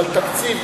אבל תקציב,